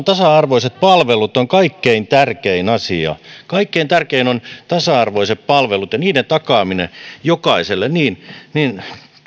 tasa arvoiset palvelut ovat kaikkein tärkein asia kaikkein tärkeintä ovat tasa arvoiset palvelut ja niiden takaaminen jokaiselle niin niin